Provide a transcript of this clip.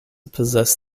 possess